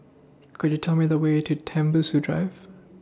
Could YOU Tell Me The Way to Tembusu Drive